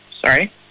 sorry